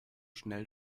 schnell